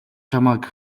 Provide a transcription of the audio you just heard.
чамайг